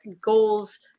goals